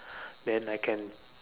then I'm can